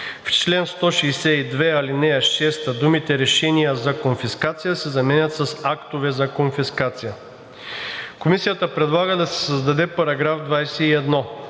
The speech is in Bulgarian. в чл. 162, ал. 6 думите „решения за конфискация“ се заменят с „актове за конфискация“.“ Комисията предлага да се създаде § 21: „§ 21.